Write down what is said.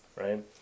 right